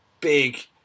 big